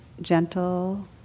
gentle